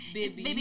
baby